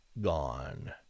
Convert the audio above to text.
gone